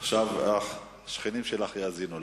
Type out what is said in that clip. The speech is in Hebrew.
ועכשיו השכנים שלך יאזינו לך.